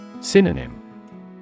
Synonym